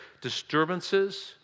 disturbances